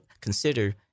consider